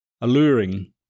Alluring